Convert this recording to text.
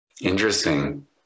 Interesting